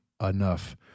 enough